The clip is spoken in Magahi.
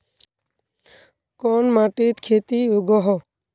कोन माटित खेती उगोहो?